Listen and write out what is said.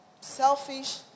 selfish